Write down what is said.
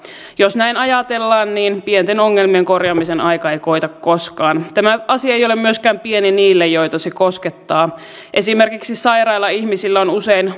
jos näin ajatellaan pienten ongelmien korjaamisen aika ei koita koskaan tämä asia ei ole myöskään pieni niille joita se koskettaa esimerkiksi sairailla ihmisillä on usein